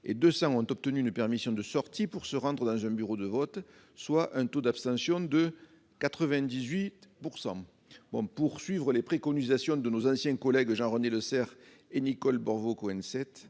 et 200 ont obtenu une permission de sortie pour se rendre dans un bureau de vote, soit un taux d'abstention de 98 %. Pour suivre les préconisations de nos anciens collègues Jean-René Lecerf et Nicole Borvo Cohen-Seat,